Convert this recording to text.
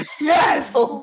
yes